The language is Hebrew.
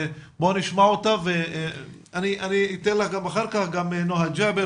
נשמע אותה ואחר כך ניתן לך ולנוהא ג'אבר